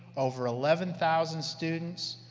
over eleven thousand students,